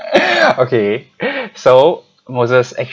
okay so moses actually